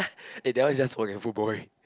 eh that one is just forgetful boy